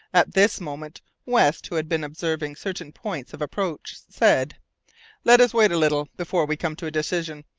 at this moment, west, who had been observing certain points of approach, said let us wait a little before we come to a decision.